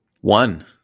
One